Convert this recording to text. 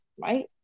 right